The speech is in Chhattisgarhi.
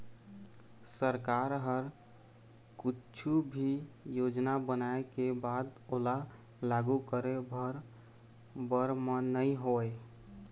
सरकार ह कुछु भी योजना बनाय के बाद ओला लागू करे भर बर म नइ होवय